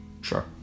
Sure